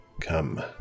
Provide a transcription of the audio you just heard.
Come